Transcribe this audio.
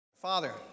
Father